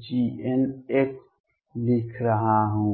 ∞CneikGnx लिख रहा हूं